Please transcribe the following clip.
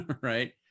right